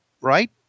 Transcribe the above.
right